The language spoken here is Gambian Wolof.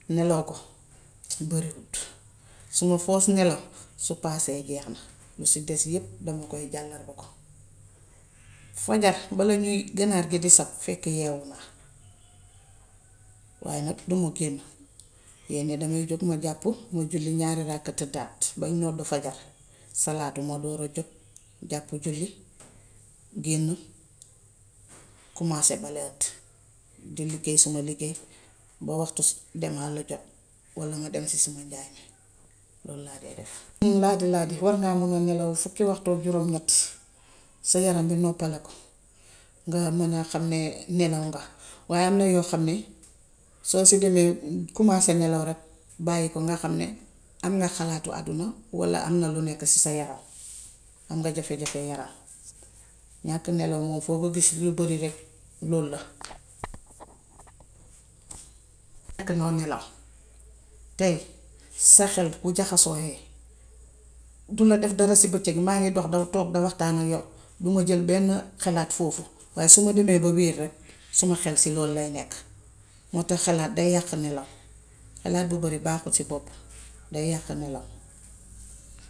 Nelaw ko barewut. Suma first nelaw su paasee jeex na. Lu si des yépp dama koy jàllarbi ko. Fajar bala ñuy ganaar gi di sab, fekk yewwu naa waaye duma génn. Lee-lee damay jóg ma jàppu, ma julli ñaari ràkka tëddaat bañ noddu fajar, salaatu ma door a jóg, jàppu julli, génn, kumaase bale hëtt di liggéey suma liggéey ba waxtu dem hàll jot walla ma dem si sama njaay mi. Lool laa dee def. Lum nàddi-nàddi war ngaa man a nelaw fukki waxtook juróom ñett sa yaram bi noppaliku, nga mun a xam ni nelaw nga. Waaye am na yoo xam ni soo si demee kumaase nelaw rekk bàyyiku nga xam ne am nga xalaati àdduna walla am na lu nekk si sa yaram. Am nga jafe-jafe yaram. Ñàkk nelaw moom foo ko gis yu bare rekk lool la. Aka moo am nelaw. Tay sa xel, bu jaxasoohee du la def dara si bëccëg, maa ngi toog da waxtaan ak yaw, duma jël benn xalaat foofu waaye su ma demee ba wéet rekk sama xel si lool lay nekk. Moo tax xalaat day yàq nelaw. Xalaat bu bari baaxul si bopp. Day yàq nelaw.